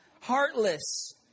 Heartless